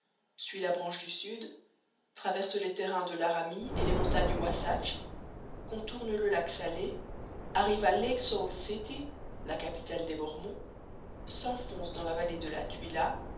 suit la branche du sud traverse les terrains de laramie et les montagnes wahsatch contourne le lac salé arrive à lake salt city la capitale des mormons s'enfonce dans la vallée de la tuilla